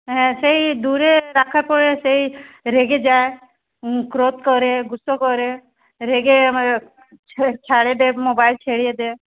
হ্যাঁ সেই দূরে রাখার পরে সেই রেগে যায় ক্রোধ করে গুসসা করে রেগে ছাড়ে দে মোবাইল ছেড়ে দেয়